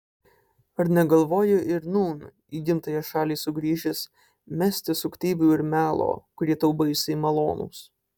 ar negalvoji ir nūn į gimtąją šalį sugrįžęs mesti suktybių ir melo kurie tau baisiai malonūs